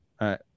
right